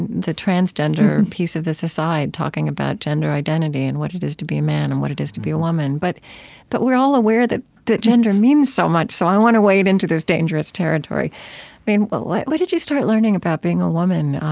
the transgender piece of this aside, talking about gender identity and what it is to be a man and what it is to be a woman. but but we're all aware that that gender means so much, so i want to wade into this dangerous territory. i mean, what what did you start learning about being a woman